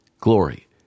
glory